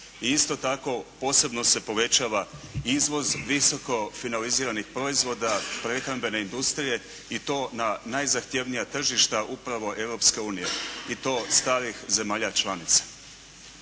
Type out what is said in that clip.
isto tako posebno se povećava izvoz visoko finaliziranih proizvoda prehrambene industrije i to na najzahtjevnija tržišta upravo Europske unije i to od starih zemalja članica.